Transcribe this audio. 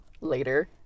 later